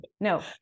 No